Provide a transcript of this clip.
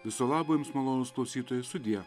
viso labo jums malonūs klausytojai sudie